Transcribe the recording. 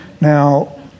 Now